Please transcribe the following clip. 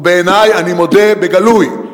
ובעיני, אני מודה בגלוי,